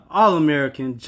all-American